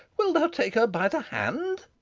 wilt thou take her by the hand?